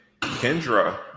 Kendra